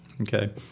Okay